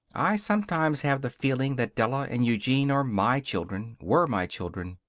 i sometimes have the feeling that della and eugene are my children were my children.